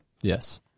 Yes